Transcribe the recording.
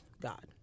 god